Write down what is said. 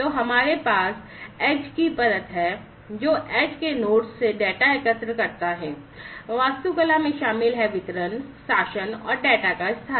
तो हमारे पास एज से डेटा एकत्र करता है वास्तुकला में शामिल हैं वितरण शासन और डेटा का स्थान